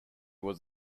was